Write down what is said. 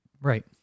Right